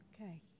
Okay